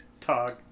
Tog